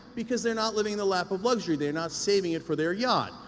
because they're not living in a lap of luxury, they're not saving it for their yacht.